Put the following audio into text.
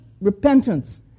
repentance